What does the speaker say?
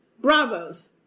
Bravos